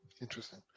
Interesting